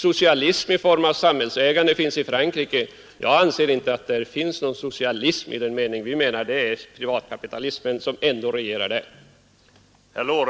Socialism i form av samhällsägande finns i Frankrike. Jag anser inte att det där finns någon socialism i den mening vi menar. Det är privatkapitalismen som regerar där.